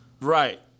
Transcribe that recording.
right